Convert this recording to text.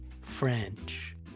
French